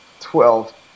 Twelve